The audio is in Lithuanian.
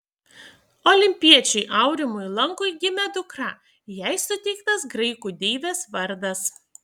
olimpiečiui aurimui lankui gimė dukra jai suteiktas graikų deivės vardas